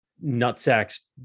Nutsack's